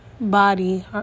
body